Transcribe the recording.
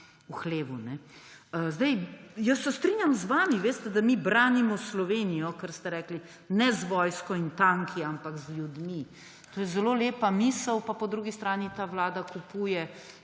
v hlevu. Jaz se strinjam z vami, da mi branimo Slovenijo, kar ste rekli, ne z vojsko in tanki, ampak z ljudmi. To je zelo lepa misel, pa po drugi strani ta vlada kupuje